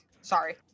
Sorry